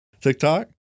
TikTok